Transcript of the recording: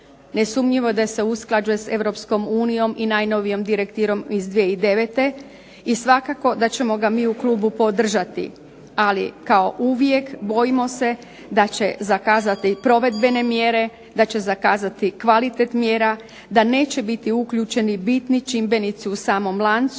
nesumnjivo je da se usklađuje s Europskom unijom i najnovijom Direktivom iz 2009. i svakako da ćemo ga mi u Klubu podržati ali kao uvijek bojimo se da će zakazati provedbene mjere, da će zakazati kvalitet mjera, da neće biti uključeni bitni čimbenici u samom lancu